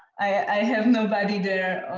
i have nobody there.